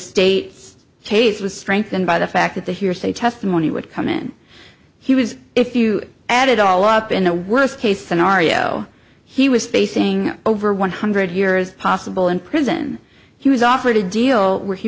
state's case was strengthened by the fact that the hearsay testimony would come in he was if you add it all up in a worst case scenario he was facing over one hundred years possible in prison he was offered a deal where he